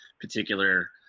particular